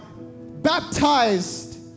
baptized